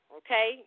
okay